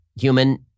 human